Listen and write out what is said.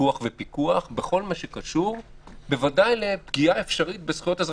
פיקוח ופיקוח בכל מה שקשור לפגיעה אפשרית בזכויות אזרחיות,